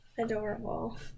Adorable